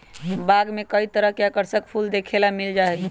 बाग में कई तरह के आकर्षक फूल देखे ला मिल जा हई